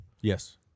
Yes